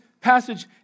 passage